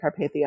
Carpathia